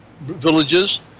villages